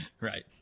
Right